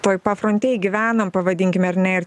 toj pafrontėj gyvenam pavadinkime ar ne ir